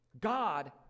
God